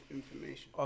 information